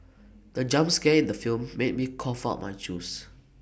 the jump scare in the film made me cough out my juice